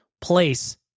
place